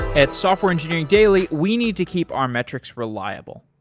at software engineering daily, we need to keep our metrics reliable.